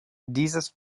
dieses